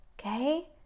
Okay